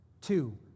Two